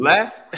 Last